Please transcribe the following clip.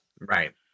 Right